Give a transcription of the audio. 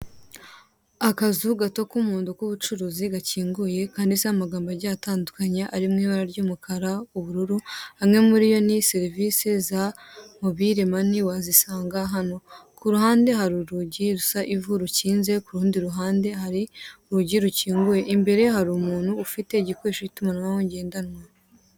Akazu gato k'umuhondo k'ubucuruzi gakinguye, kanditseho amagambo agiye atandukanye ari mu ibara ry'umukara, ubururu, amwe muri yo ni "Serivisi za Mobile Mani wazisanga hano". Ku ruhande hari urugi rusa ivu, rukinze, ku rundi ruhande hari urugi rukinguye, imbere hari umuntu ufite igikoresho cy'itumanaho ngendanwa.